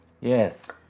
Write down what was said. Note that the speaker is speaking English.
Yes